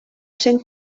sent